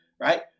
right